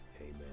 Amen